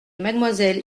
mademoiselle